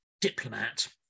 diplomat